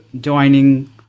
joining